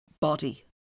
body